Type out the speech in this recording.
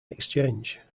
exchange